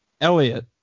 Elliot